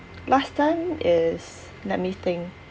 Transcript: last time is let me think